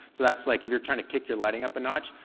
so that's like, if you're trying to kick your lighting up a notch,